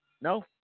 No